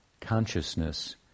consciousness